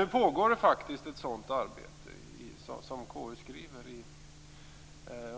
Nu pågår det faktiskt ett arbete, som KU skriver,